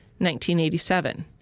1987